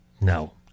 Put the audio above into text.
No